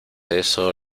eso